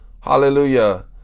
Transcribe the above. Hallelujah